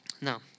Now